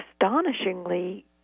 astonishingly